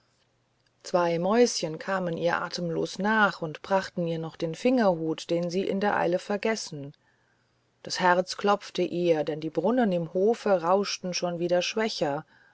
zwei mäuschen kamen ihr atemlos nach und brachten ihr noch den fingerhut den sie in der eile vergessen das herz klopfte ihr denn die brunnen im hofe rauschten schon wieder schwächer